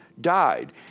died